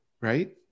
right